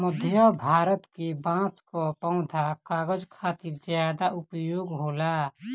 मध्य भारत के बांस कअ पौधा कागज खातिर ज्यादा उपयोग होला